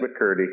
McCurdy